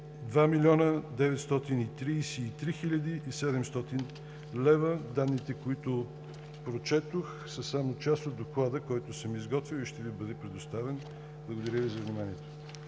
2 млн. 933 хил. 700 лв. Данните, които прочетох, са само част от Доклада, който съм изготвил, и ще Ви бъде предоставен. Благодаря Ви за вниманието.